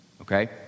okay